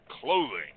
clothing